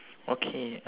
okay